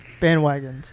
bandwagons